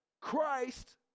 Christ